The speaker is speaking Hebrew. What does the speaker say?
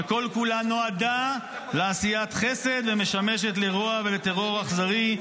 שכל כולה נועדה לעשיית חסד ומשמשת לרוע ולטרור אכזרי.